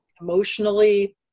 emotionally